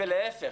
להיפך,